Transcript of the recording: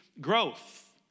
growth